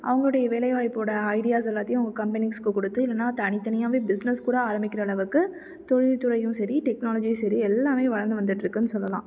அவங்களுடைய வேலை வாய்ப்போடய ஐடியாஸ் எல்லாத்தையும் அவங்க கம்பெனிஸுக்கு கொடுத்து இல்லைனா தனித்தனியாகவே பிஸ்னஸ் கூட ஆரம்பிக்கிற அளவுக்கு தொழில்துறையும் சரி டெக்னாலஜியும் சரி எல்லாமே வளர்ந்து வந்துட்டு இருக்குதுனு சொல்லலாம்